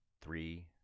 three